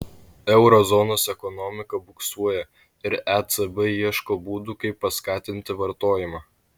euro zonos ekonomika buksuoja ir ecb ieško būdų kaip paskatinti vartojimą